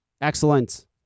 Excellent